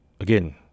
again